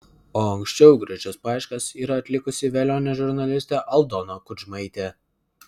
o anksčiau gražias paieškas yra atlikusi velionė žurnalistė aldona kudžmaitė